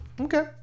Okay